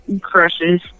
crushes